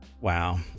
wow